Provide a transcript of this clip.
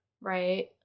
Right